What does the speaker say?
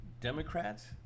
Democrats